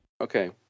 Okay